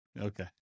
Okay